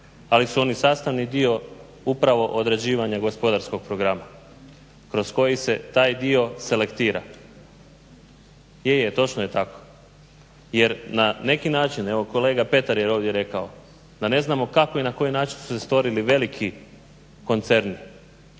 ali su oni sastavni dio upravo određivanja gospodarskog programa, kroz koji se taj dio selektira. JE, je točno je tako. Na neki način evo kolega Petar je ovdje rekao da ne znamo kako i na koji način su se stvorili veliki koncerni